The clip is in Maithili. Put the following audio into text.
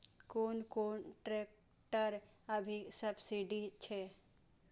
कोन कोन ट्रेक्टर अभी सब्सीडी छै?